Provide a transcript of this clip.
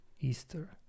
Easter